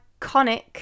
iconic